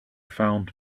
found